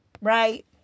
right